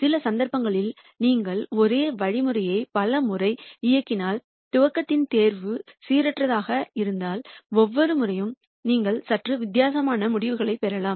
சில சந்தர்ப்பங்களில் நீங்கள் ஒரே வழிமுறையை பல முறை இயக்கினால் துவக்கத்தின் தேர்வு சீரற்றதாக இருந்தால் ஒவ்வொரு முறையும் நீங்கள் சற்று வித்தியாசமான முடிவுகளைப் பெறலாம்